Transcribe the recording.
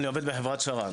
אני עובד בחברת שר"ן